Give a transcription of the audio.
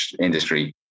industry